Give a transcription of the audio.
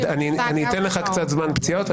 אני אתן לך קצת זמן פציעות.